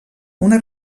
una